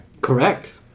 Correct